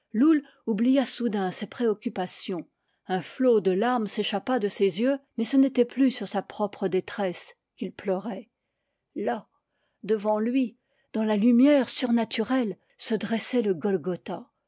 oublia soudain ses préoccupa tions un flot de larmes s'échappa de ses yeux mais ce n'était plus sur sa propre détresse qu'il pleurait là devant lui dans la lumière surnaturelle se dressait le